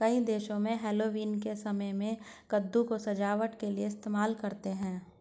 कई देशों में हैलोवीन के समय में कद्दू को सजावट के लिए इस्तेमाल करते हैं